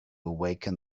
awaken